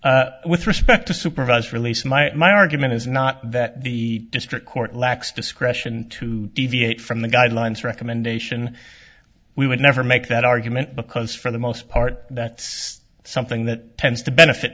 process with respect to supervised release my argument is not that the district court lacks discretion to deviate from the guidelines recommendation we would never make that argument because for the most part that's something that tends to benefit